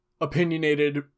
opinionated